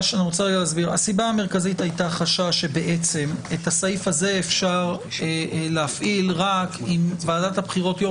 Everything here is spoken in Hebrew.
הסיבה המרכזית הייתה חשש שאת הסעיף הזה אפשר להפעיל רק אם יושב-ראש